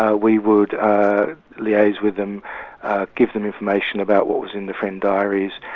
ah we would liaise with them give them information about what was in the friend diaries,